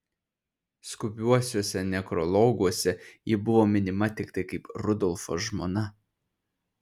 skubiuosiuose nekrologuose ji buvo minima tiktai kaip rudolfo žmona